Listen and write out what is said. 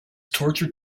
tortured